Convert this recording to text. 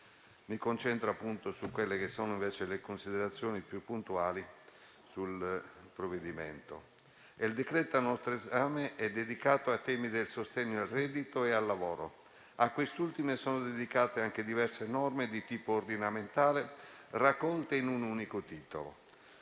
Mi concentrerò, invece, sulle considerazioni più puntuali sul provvedimento. Il decreto al nostro esame è dedicato ai temi del sostegno al reddito e al lavoro. A quest'ultimo sono dedicate anche diverse norme di tipo ordinamentale raccolte in un unico titolo.